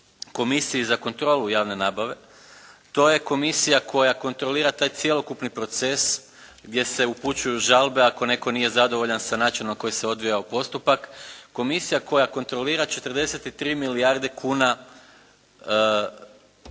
Komisiji za kontrolu javne nabave. To je komisija koja kontrolira taj cjelokupni proces gdje se upućuju žalbe ako netko nije zadovoljan sa načinom na koji se odvijao postupak, komisija koja kontrolira 43 milijarde kuna